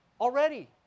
Already